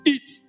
Eat